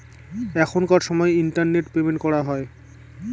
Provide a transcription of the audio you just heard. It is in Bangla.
এখনকার সময় ইন্টারনেট পেমেন্ট করা হয়